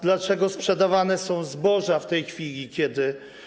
Dlaczego sprzedawane są zboża w tej chwili, kiedy.